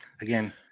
again